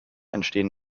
entstehen